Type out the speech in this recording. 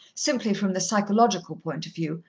simply from the psychological point of view.